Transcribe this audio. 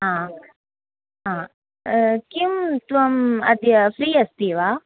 आ आ किं त्वम् अद्य फ़्री अस्ति वा